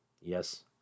Yes